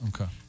Okay